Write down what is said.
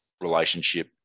relationship